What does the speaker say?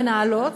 מנהלות,